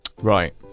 Right